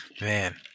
Man